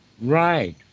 Right